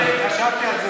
לא, לא.